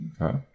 Okay